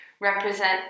represent